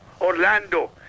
Orlando